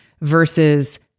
versus